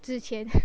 值钱